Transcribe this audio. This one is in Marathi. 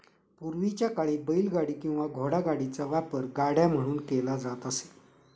पूर्वीच्या काळी बैलगाडी किंवा घोडागाडीचा वापर गाड्या म्हणून केला जात असे